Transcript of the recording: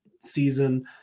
season